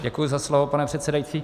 Děkuji za slovo, pane předsedající.